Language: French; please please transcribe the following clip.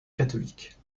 catholique